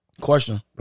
Question